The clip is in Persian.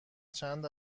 چند